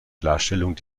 klarstellung